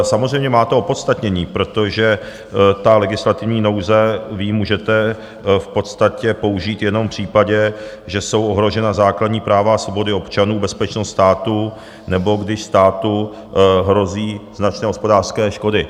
Samozřejmě to má opodstatnění, protože tu legislativní nouzi vy můžete v podstatě použít jenom v případě, že jsou ohrožena základní práva a svobody občanů, bezpečnost státu nebo když státu hrozí značné hospodářské škody.